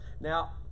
Now